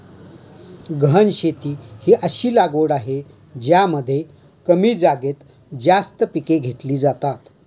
गहन शेती ही अशी लागवड आहे ज्यामध्ये कमी जागेत जास्त पिके घेतली जातात